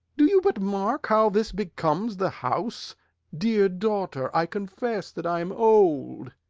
do you but mark how this becomes the house dear daughter, i confess that i am old.